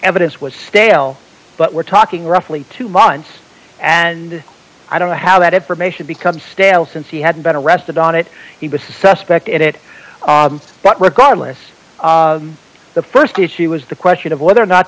evidence was stale but we're talking roughly two months and i don't know how that information becomes stale since he hadn't been arrested on it he was a suspect in it but regardless the st issue is the question of whether or not